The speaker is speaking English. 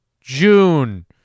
june